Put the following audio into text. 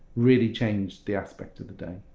really changed the aspect of the day.